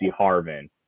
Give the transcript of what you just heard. Harvin